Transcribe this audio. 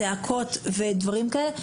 צעקות ודברים כאלה,